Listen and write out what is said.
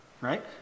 Right